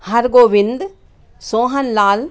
Hargovind Sohan Lal